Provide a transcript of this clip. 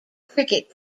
cricket